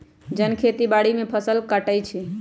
जन खेती बाड़ी में फ़सल काटइ छै